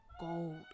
gold